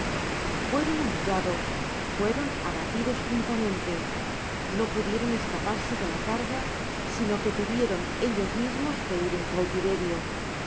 fueron humillados fueron abatidos juntamente no pudieron escaparse de la carga sino que tuvieron ellos mismos que ir en cautiverio